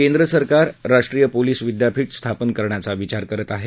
केंद्र सरकार राष्ट्रीय पोलीस विद्यापीठ स्थापन करण्याचा विचार करत आहे